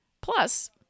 Plus